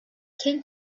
came